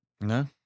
No